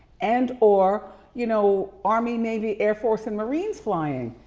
and or, you know army, navy, air force and marines flying.